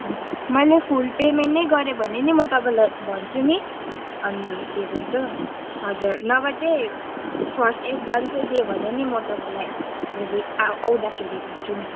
हजुर मैले full payment नै गरेँ भने नि म तपाईँलाई भन्छु नि अनि के भन्छ हजुर नभए चाहिँ फर्स्ट एड्भान्स नै दिएँ भने नि म तपाईँलाई भोलि आ आउँदाखेरि भन्छु नि